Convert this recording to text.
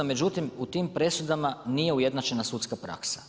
Međutim, u tim presudama nije ujednačena sudska praksa.